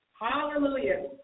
Hallelujah